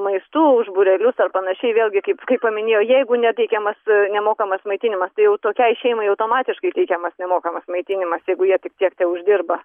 maistu už būrelius ar panašiai vėlgi kaip kai paminėjo jeigu neteikiamas nemokamas maitinimas tai jau tokiai šeimai automatiškai teikiamas nemokamas maitinimas jeigu jie tik tiek teuždirba